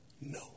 No